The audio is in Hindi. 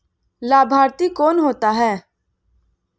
लाभार्थी कौन होता है?